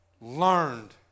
learned